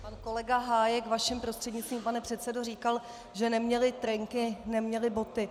Pan kolega Hájek, vaším prostřednictvím, pane předsedo, říkal, že neměli trenky, neměli boty.